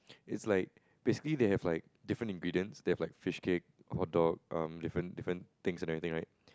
it's like basically they have like different ingredients they have like fishcake hotdog um different different things and everything right